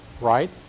right